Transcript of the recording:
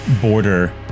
border